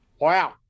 Wow